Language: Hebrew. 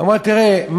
אמרה: תראה,